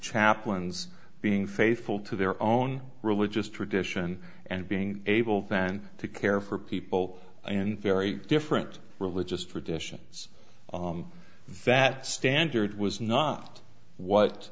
chaplains being faithful to their own religious tradition and being able then to care for people in very different religious traditions that standard was not what